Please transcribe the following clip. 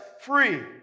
free